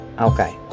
Okay